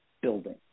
building